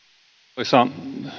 arvoisa